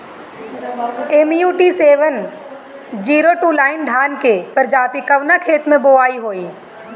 MUT seven zero two nine धान के प्रजाति कवने खेत मै बोआई होई?